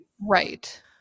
right